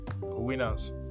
winners